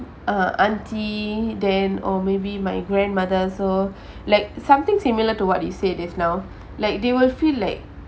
uh auntie then or maybe my grandmother so like something similar to what you said just now like they will feel like